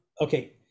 Okay